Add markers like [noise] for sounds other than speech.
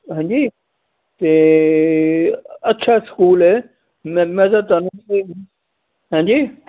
ਹਾਂਜੀ ਅਤੇ ਅੱਛਾ ਸਕੂਲ ਮੈਂ ਮੈਂ ਤਾਂ ਤੁਹਾਨੂੰ [unintelligible] ਹਾਂਜੀ